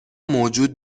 موجود